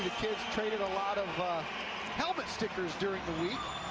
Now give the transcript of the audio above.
traded a lot of ah helmet stickers during the week.